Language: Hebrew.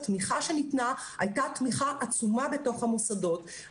התמיכה שניתנה הייתה תמיכה עצומה בתוך המוסדות.